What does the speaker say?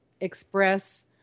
express